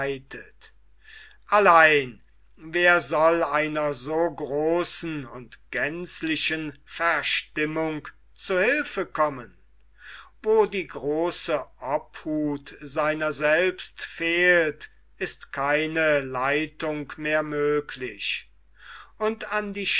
allein wer soll einer so großen und gänzlichen verstimmung zu hülfe kommen wo die große obhut seiner selbst fehlt ist keine leitung mehr möglich und an die